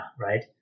right